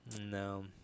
No